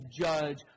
judge